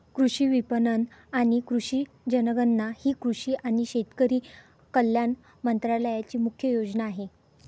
कृषी विपणन आणि कृषी जनगणना ही कृषी आणि शेतकरी कल्याण मंत्रालयाची मुख्य योजना आहे